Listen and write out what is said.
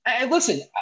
listen